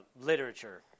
literature